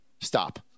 stop